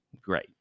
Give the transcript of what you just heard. Great